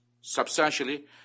substantially